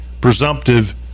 presumptive